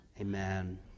Amen